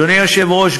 אדוני היושב-ראש,